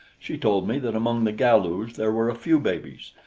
she told me that among the galus there were a few babies,